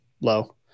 low